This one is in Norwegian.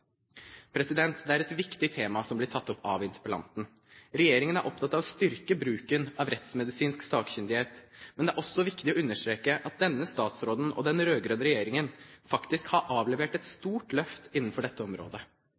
Det er et viktig tema som blir tatt opp av interpellanten. Regjeringen er opptatt av å styrke bruken av rettsmedisinsk sakkyndighet, men det er også viktig å understreke at denne statsråden og den rød-grønne regjeringen faktisk har avlevert et stort løft innenfor dette området.